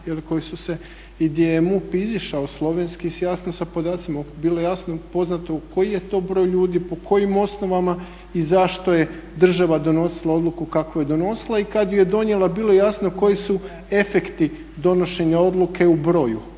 gdje je MUP izašao slovenski jasno s podacima. Bilo je poznato koji je to broj ljudi, po kojim osnovama i zašto je država donosila odluku kako je donosila i kad ju je donijela bilo je jasno koji su efekti donošenja odluke u broju.